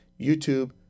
YouTube